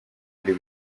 iri